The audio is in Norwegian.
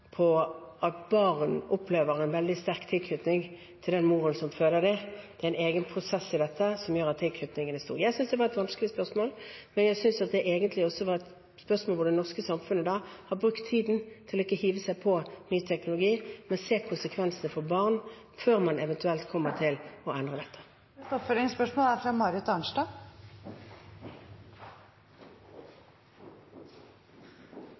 at barnet opplever en veldig sterk tilknytning til den moren som føder det. Det er en egen prosess i dette som gjør at tilknytningen er stor. Jeg syntes det var et vanskelig spørsmål. Jeg synes også det er et spørsmål der det norske samfunnet har brukt tiden til ikke å hive seg på ny teknologi, men ser konsekvensene for barna før man eventuelt kommer til å endre dette. Marit Arnstad – til oppfølgingsspørsmål. Det er